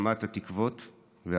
להגשמת התקוות והחלומות.